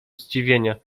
zdziwienia